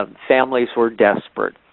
um families were desperate.